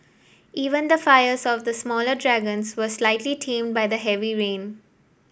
even the fires of the smaller dragons were slightly tamed by the heavy rain